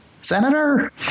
Senator